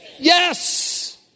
Yes